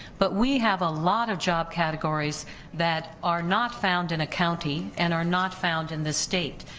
but we have a lot of job categories that are not found in a county and are not found in this state,